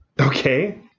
Okay